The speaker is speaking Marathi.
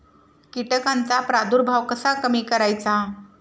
कीटकांचा प्रादुर्भाव कसा कमी करायचा?